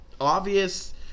obvious